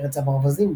ארץ הברווזים,